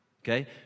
Okay